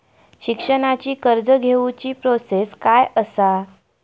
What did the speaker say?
शिक्षणाची कर्ज घेऊची प्रोसेस काय असा?